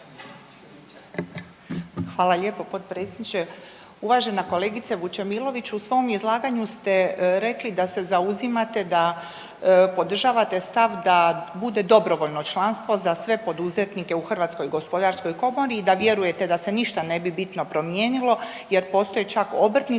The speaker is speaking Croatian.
Hvala lijepo potpredsjedniče. Uvažena kolegice Vučemilović u svom izlaganju ste rekli da se zauzimate da podržavate stav da bude dobrovoljno članstvo za sve poduzetnike u Hrvatskoj gospodarskoj komori i da vjerujete da se nebi ništa bitno promijenilo jer postoje čak obrtnici